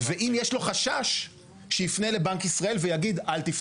ואם יש לו חשש שיפנה לבנק ישראל ויגיד 'אל תפתח'.